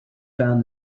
found